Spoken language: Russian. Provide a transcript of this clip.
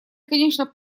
конечно